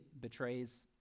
betrays